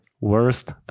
worst